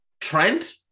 Trent